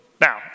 Now